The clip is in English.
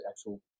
actual